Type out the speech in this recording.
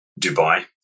dubai